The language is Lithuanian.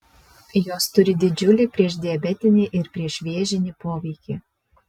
jos turi didžiulį priešdiabetinį ir priešvėžinį poveikį